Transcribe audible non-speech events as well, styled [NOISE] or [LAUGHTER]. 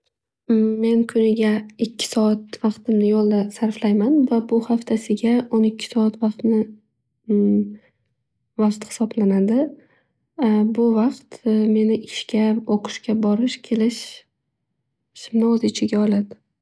[HESITATION] Men kuniga ikki soat vaqtimni yo'lla sarflayman. Va bu haftasiga o'n ikki soat vaqtni [HESITATION] vaqt hisobanadi. [HESITATION] Bu vaqt [HESITATION] meni ishga o'qishga borish kelishimni o'z ichiga oladi.